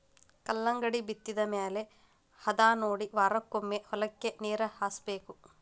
ಕಲ್ಲಂಗಡಿ ಬಿತ್ತಿದ ಮ್ಯಾಲ ಹದಾನೊಡಿ ವಾರಕ್ಕೊಮ್ಮೆ ಹೊಲಕ್ಕೆ ನೇರ ಹಾಸಬೇಕ